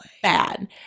Bad